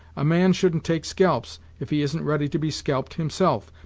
a man shouldn't take scalps, if he isn't ready to be scalped, himself,